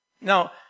Now